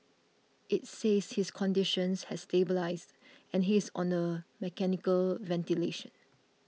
it says his condition has stabilised and he is on mechanical ventilation